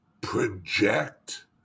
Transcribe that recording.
project